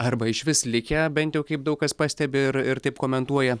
arba išvis likę bent jau kaip daug kas pastebi ir ir taip komentuoja